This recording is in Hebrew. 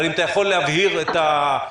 אבל האם אתה יכול להבהיר את ה-12%,